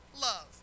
love